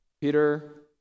Peter